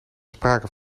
sprake